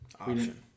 Option